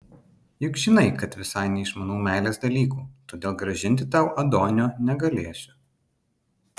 juk žinai kad visai neišmanau meilės dalykų todėl grąžinti tau adonio negalėsiu